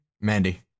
Mandy